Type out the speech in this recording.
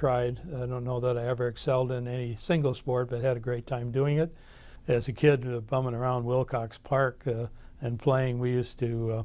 tried don't know that i ever excelled in any single sport i had a great time doing it as a kid of bumming around willcox park and playing we used to